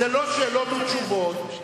זה לא שאלות ותשובות.